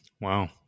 Wow